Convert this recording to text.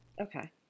Okay